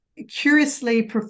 Curiously